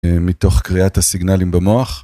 מתוך קריאת הסיגנלים במוח.